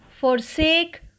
forsake